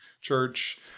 church